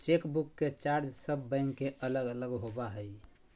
chequebook के charge सब bank के अलग अलग होबा हइ